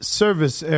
service